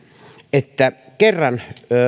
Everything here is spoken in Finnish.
että kerran